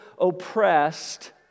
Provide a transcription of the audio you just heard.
oppressed